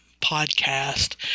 podcast